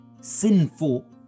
sinful